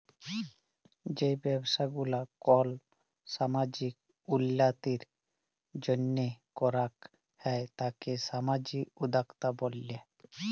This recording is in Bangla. যেই ব্যবসা গুলা কল সামাজিক উল্যতির জন্হে করাক হ্যয় তাকে সামাজিক উদ্যক্তা ব্যলে